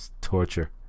torture